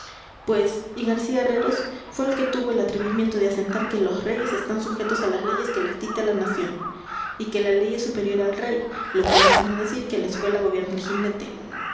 y garcía herreros fue el que tuvo el atrevimiento de asentar que los reyes están sujetos a las leyes que les dicta la nación y que la ley es superior al rey lo cual es como decir que la espuela gobierna al